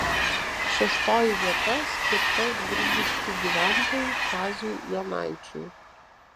šeštoji vieta skirta grigiškių gyventojui kaziui jonaičiui